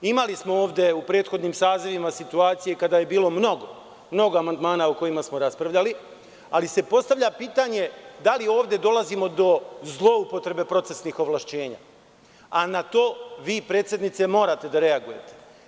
Imali smo ovde u prethodnim sazivima situacije kada je bilo mnogo amandmana o kojima smo raspravljali, ali se postavlja pitanje da li ovde dolazimo do zloupotrebe procesnih ovlašćenja, a na to, vi predsednice, morate da reagujete.